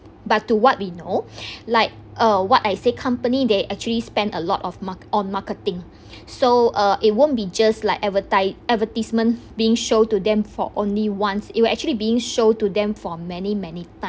but to what we know like uh what I say company they actually spend a lot of mark~ on marketing so uh it won't be just like advertise advertisement being showed to them for only once it will actually being showed to them for many many ti~